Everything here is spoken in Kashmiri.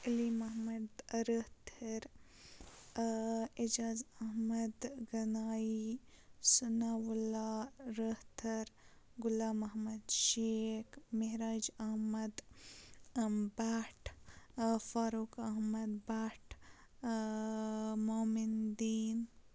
علی محمد رٲتھٕر اجاز احمد گنایی سنہ رٲتھر غلام محمد شیخ مہراج احمد بٹ فاروق احمد بٹ مومِندین